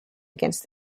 against